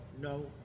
no